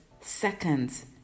seconds